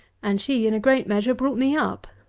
and she, in a great measure, brought me up.